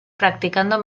practicando